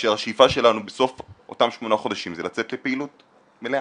כאשר השאיפה שלנו בסוף אותם שמונה חודשים זה לצאת לפעילות מלאה.